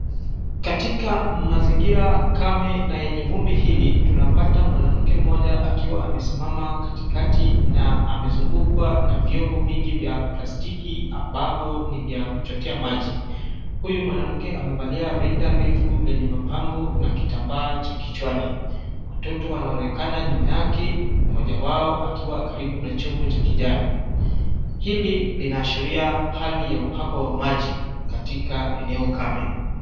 Katika mazingira kame na yenye vumbi hili tunapata mwanamke mmoja akiwa amesimama katikati na amezungukwa na vyombo vingi vya plastiki ambavyo ni vya kuchotea maji. Huyu mwanamke amevalia rinda refu lenye mapambo na kitambaa cha kichwani. Watoto wanaonekana nyuma yake. Mmoja wao akiwa karibu na chombo cha kijani. Hili linaashiria hali ya uhaba wa maji katika eneo kame.